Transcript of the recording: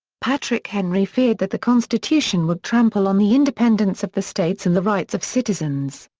patrick henry feared that the constitution would trample on the independence of the states and the rights of citizens.